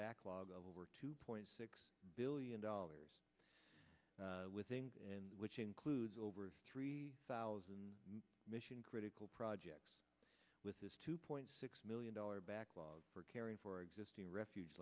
backlog of over two point six billion dollars within and which includes over three thousand mission critical projects with this two point six million dollars backlog for caring for existing refuge